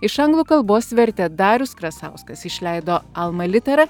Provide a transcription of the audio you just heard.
iš anglų kalbos vertė darius krasauskas išleido alma litera